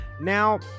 now